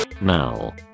Now